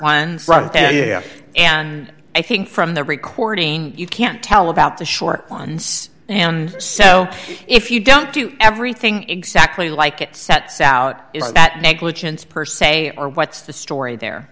yeah and i think from the recording you can't tell about the shark once and so if you don't do everything exactly like it sets out is that negligence per se or what's the story there